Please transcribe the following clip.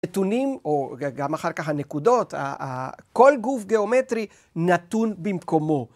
‫נתונים, או גם אחר כך הנקודות, ‫כל גוף גיאומטרי נתון במקומו.